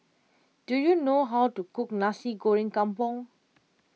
do you know how to cook Nasi Goreng Kampung